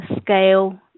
scale